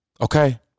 Okay